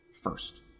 first